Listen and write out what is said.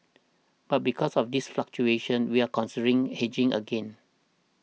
but because of these fluctuations we are considering hedging again